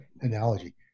analogy